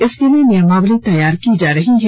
इसके लिए नियमावली तैयार की जा रही है